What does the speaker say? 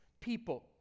people